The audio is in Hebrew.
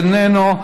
איננו.